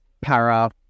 para